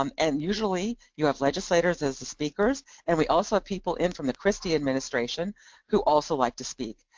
um and usually you have legislators as the speakers and we also have people in from the christie administration who also like to speak.